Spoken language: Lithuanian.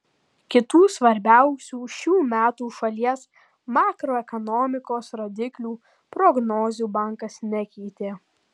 kitų svarbiausių šių metų šalies makroekonomikos rodiklių prognozių bankas nekeitė